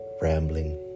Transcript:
rambling